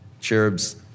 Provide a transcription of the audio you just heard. cherubs